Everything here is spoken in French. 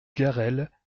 garrel